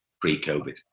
pre-COVID